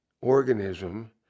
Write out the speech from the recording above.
organism